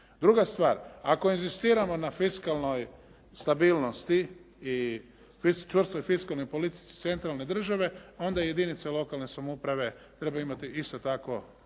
Druga stvar, ako inzistiramo na fiskalnoj stabilnosti i čvrstoj fiskalnoj politici centralne države onda jedinice lokalne samouprave trebaju imati isto tako